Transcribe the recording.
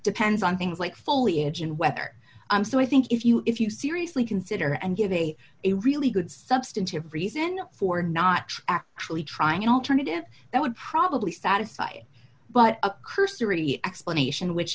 depends on things like foliage and weather and so i think if you if you seriously consider and give a a really good substantive reason for not actually trying an alternative that would probably satisfy but a cursory explanation which